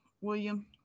william